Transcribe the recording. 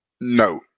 No